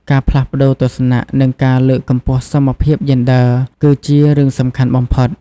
ការផ្លាស់ប្តូរទស្សនៈ និងការលើកកម្ពស់សមភាពយេនឌ័រ គឺជារឿងសំខាន់បំផុត។